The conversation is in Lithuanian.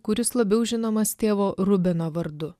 kuris labiau žinomas tėvo rubeno vardu